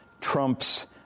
Trumps